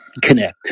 connect